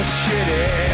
shitty